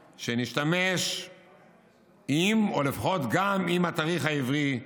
שנשתמש עם או לפחות גם עם התאריך העברי.